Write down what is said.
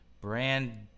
brand-